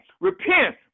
Repent